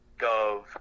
gov